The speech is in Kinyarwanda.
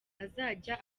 azajya